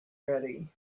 ready